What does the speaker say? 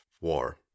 war